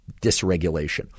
dysregulation